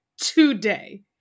today